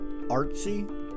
artsy